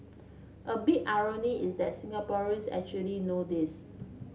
a big irony is that Singaporeans actually know this